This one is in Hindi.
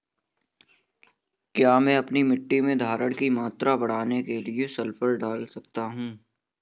क्या मैं अपनी मिट्टी में धारण की मात्रा बढ़ाने के लिए सल्फर डाल सकता हूँ?